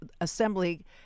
Assembly